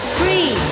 free